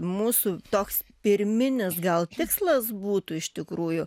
mūsų toks pirminis gal tikslas būtų iš tikrųjų